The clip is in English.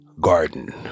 garden